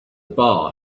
bar